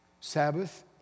Sabbath